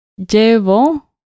Llevo